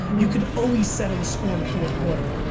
you could always settle the score in the fourth quarter.